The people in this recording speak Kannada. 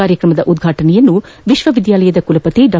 ಕಾರ್ಯಕ್ರಮದ ಉದ್ಪಾಟನೆಯನ್ನು ವಿಶ್ವವಿದ್ಯಾಲಯದ ಕುಲಪತಿ ಡಾ